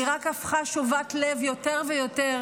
היא רק הפכה שובת לב יותר ויותר